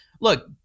look